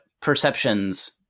perceptions